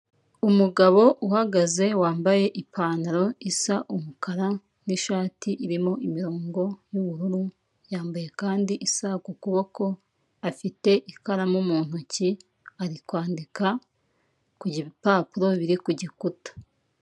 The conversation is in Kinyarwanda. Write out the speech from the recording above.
Umugabo uhagaze wambaye ipantaro isa umukara, n'ishati irimo imirongo y'ubururu, yambaye kandi isaha ku kuboko afite ikaramu mu ntoki ari kwandika ku bipapuro biri ku gikuta.